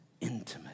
intimate